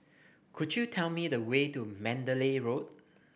could you tell me the way to Mandalay Road